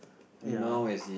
ya